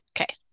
Okay